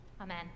Amen